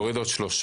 נוריד עוד שלושה.